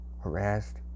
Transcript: Harassed